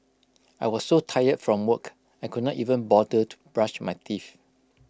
I was so tired from work I could not even bother to brush my teeth